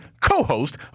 co-host